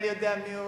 אני יודע מיהו.